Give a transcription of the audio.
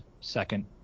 second